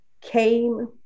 came